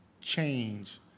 change